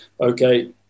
okay